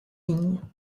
lignes